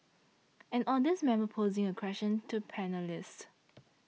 an audience member posing a question to panellists